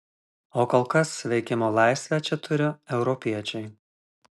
o kol kas veikimo laisvę čia turi europiečiai